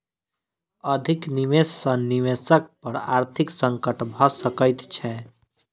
अधिक निवेश सॅ निवेशक पर आर्थिक संकट भ सकैत छै